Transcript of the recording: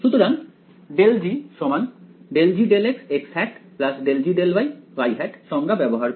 সুতরাং ∇g সংজ্ঞা ব্যবহার করে